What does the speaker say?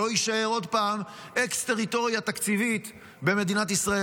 שלא יישאר עוד פעם אקס-טריטוריה תקציבית במדינת ישראל.